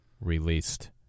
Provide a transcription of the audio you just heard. released